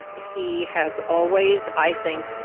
he has always, i think,